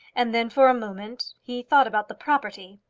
and then for a moment he thought about the property.